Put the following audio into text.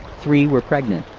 three were pregnant,